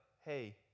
hey